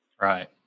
Right